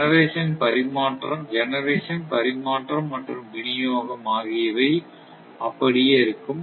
generation பரிமாற்றம் மற்றும் விநியோகம் ஆகியவை அப்படியே இருக்கும்